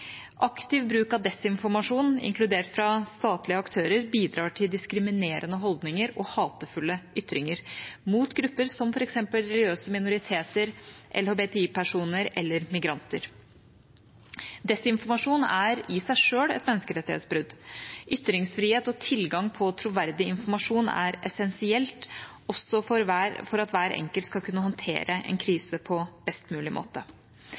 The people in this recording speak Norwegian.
Aktiv bruk av desinformasjon, inkludert fra statlige aktører, bidrar til diskriminerende holdninger og hatefulle ytringer mot grupper som f.eks. religiøse minoriteter, LHBTI-personer eller migranter. Desinformasjon er i seg selv et menneskerettighetsbrudd. Ytringsfrihet og tilgang på troverdig informasjon er essensielt også for at hver enkelt skal kunne håndtere en krise på best mulig måte.